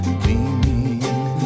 beaming